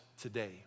today